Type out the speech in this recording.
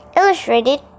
Illustrated